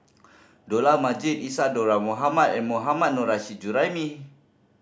Dollah Majid Isadhora Mohamed and Mohammad Nurrasyid Juraimi